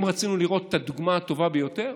אם רצינו לראות את הדוגמה הטובה ביותר,